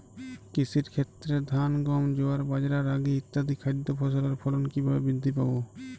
কৃষির ক্ষেত্রে ধান গম জোয়ার বাজরা রাগি ইত্যাদি খাদ্য ফসলের ফলন কীভাবে বৃদ্ধি পাবে?